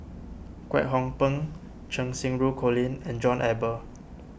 Kwek Hong Png Cheng Xinru Colin and John Eber